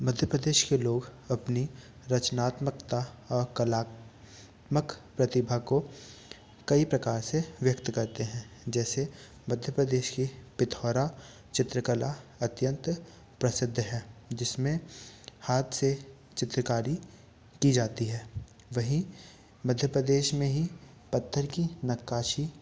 मध्य प्रदेश के लोग अपनी रचनात्मकता और कलात्मक प्रतिभा को कई प्रकार से व्यक्त करते हैं जैसे मध्य प्रदेश की पिथौरा चित्रकला अत्यंत प्रसिद्ध है जिसमें हाथ से चित्रकारी कि जाती है वहीं मध्य प्रदेश में ही पत्थर की नक्काशी